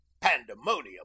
pandemonium